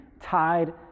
tied